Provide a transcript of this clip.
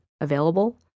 available